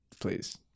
please